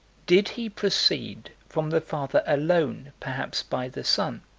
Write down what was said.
did he proceed from the father alone, perhaps by the son?